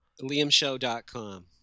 LiamShow.com